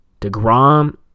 DeGrom